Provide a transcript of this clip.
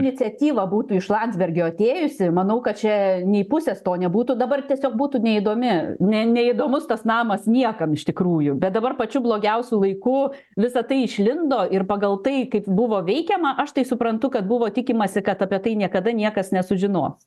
iniciatyva būtų iš landsbergio atėjusi manau kad čia nei pusės to nebūtų dabar tiesiog būtų neįdomi ne neįdomus tas namas niekam iš tikrųjų bet dabar pačiu blogiausiu laiku visa tai išlindo ir pagal tai kaip buvo veikiama aš tai suprantu kad buvo tikimasi kad apie tai niekada niekas nesužinos